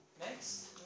next